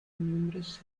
numerous